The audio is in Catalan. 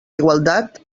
igualtat